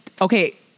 Okay